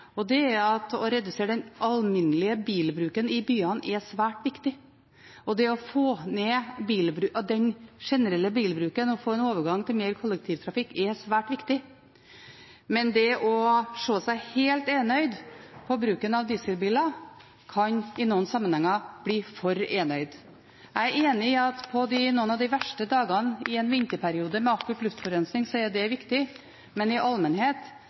og det er at å redusere den alminnelige bilbruken i byene er svært viktig, og at det å få ned den generelle bilbruken og få en overgang til mer kollektivtrafikk er svært viktig. Men det å se seg helt blind på bruken av dieselbiler kan i noen sammenhenger bli for enøyd. Jeg er enig i at på noen av de verste dagene i en vinterperiode med akutt luftforurensning, så er det viktig, men i allmennhet